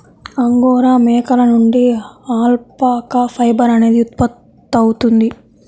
angora మేకల నుండి alpaca fibre అనేది ఉత్పత్తవుతుంది